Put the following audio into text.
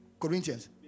Corinthians